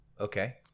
Okay